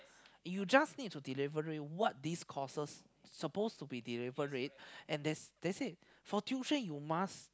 you just need to deliver what this courses suppose to deliver it for tuition you must